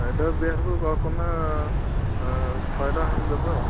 ଜୟଦେବ ବିହାରରୁ କଳ୍ପନା ଶହେଟଙ୍କା ଖଣ୍ଡେ ଦେବେ ଆଉ